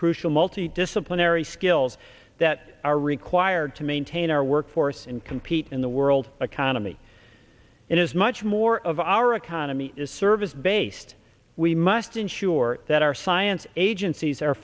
crucial multi disciplinary skills that are required to maintain our workforce and compete in the world economy it is much more of our economy is service based we must ensure that our science agencies are